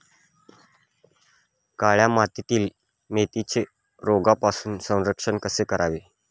काळ्या मातीतील मेथीचे रोगापासून संरक्षण कसे करावे?